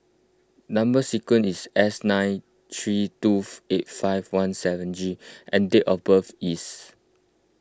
Number Sequence is S nine three two eight five one seven G and date of birth is